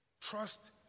Trust